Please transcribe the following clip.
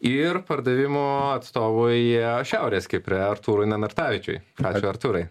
ir pardavimų atstovui šiaurės kipre artūrui nanartavičiui ačiū artūrai